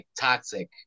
toxic